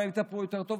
אבל הם יטפלו יותר טוב,